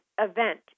event